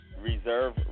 Reserve